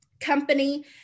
company